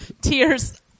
tears